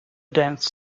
dance